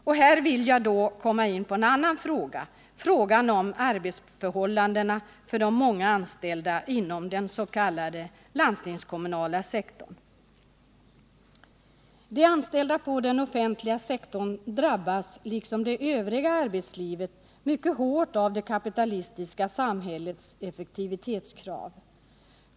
Och här kommer jag då in på en annan fråga, frågan om arbetsförhållandena för de många anställda inom den s.k. landstingskommunala sektorn. De anställda inom den offentliga sektorn drabbas liksom det övriga arbetslivet mycket hårt av det kapitalistiska samhällets effektivitetskrav.